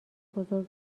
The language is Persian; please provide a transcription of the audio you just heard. بزرگ